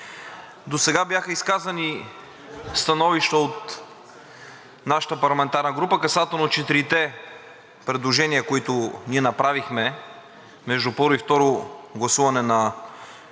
Досега бяха изказани становища от нашата парламентарна група, касателно четирите предложения, които ние направихме между първо и второ гласуване на